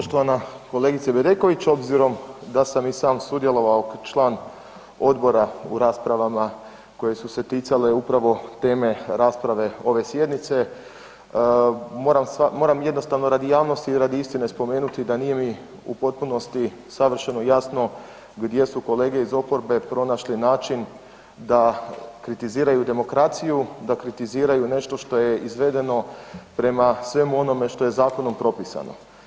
Poštovana kolegice Bedeković, obzirom da sam i sam sudjelovao kao član odbora u raspravama koje su se ticale upravo teme rasprave ove sjednice, moram jednostavno radi javnosti i radi istine spomenuti da nije mi u potpunosti savršeno jasno gdje su kolege iz oporbe pronašle način da kritiziraju demokratizaciju, da kritiziraju nešto što je izvedeno prema svemu onome što je zakonom propisano.